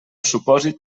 supòsit